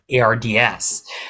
ARDS